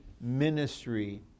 ministry